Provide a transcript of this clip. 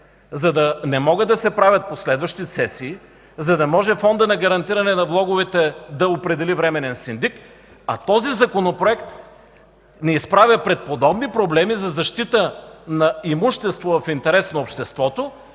За да не могат да се правят последващи цесии, за да може Фондът за гарантиране на влоговете да определи временен синдик, а този Законопроект ни изправя пред подобни проблеми за защита на имущество в интерес на обществото,